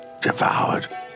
devoured